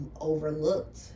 overlooked